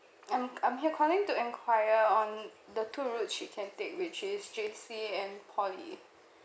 I'm I'm here calling to enquire on the two routes she can take which is J_C and poly